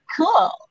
Cool